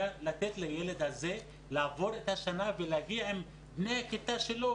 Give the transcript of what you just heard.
לתת לילד הזה לעבור את השנה ולהגיע עם בני הכיתה שלו,